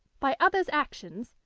by others' actions,